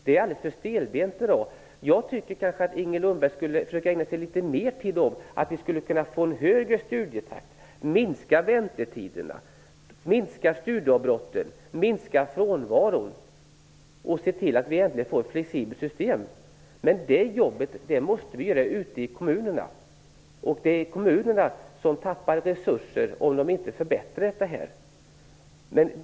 Det är alldeles för stelbent i dag. Jag tycker att Inger Lundberg borde försöka ägna litet mer tid åt sådana frågor som hur man skall öka studietakten, minska väntetiderna, minska studieavbrotten, minska frånvaron och äntligen få ett flexibelt system. Men det jobbet måste göras ute i kommunerna, och kommunerna tappar resurser om de inte förbättrar de sakerna.